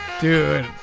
dude